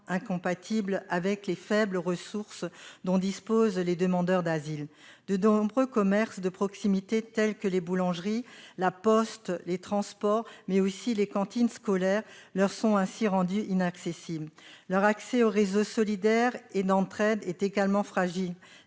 incompatibles avec les faibles ressources dont disposent les demandeurs d'asile. De nombreux commerces de proximité tels que les boulangeries, La Poste, les transports, mais aussi les cantines scolaires leur sont ainsi rendus inaccessibles. Leur accès au réseau solidaire et d'entraide est également fragilisé,